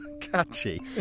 Catchy